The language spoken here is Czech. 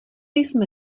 jsme